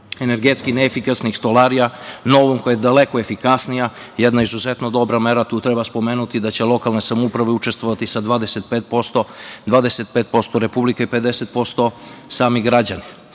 energetski neefikasnih stolarija novom koja je daleko efikasnija. Jedna izuzetno dobra mera. Tu treba spomenuti da će lokalne samouprave učestvovati sa 25%, 25% Republika i 50% sami građani.